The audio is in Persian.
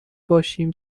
باشیم